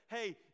hey